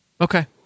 Okay